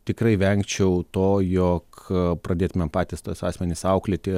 tikrai vengčiau to jog pradėtumėm patys tuos asmenis auklėti